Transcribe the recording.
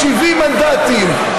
70 מנדטים,